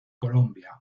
colombia